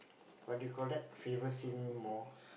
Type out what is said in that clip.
what do you call that favors him more